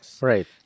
Right